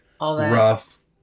rough